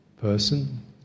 person